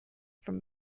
from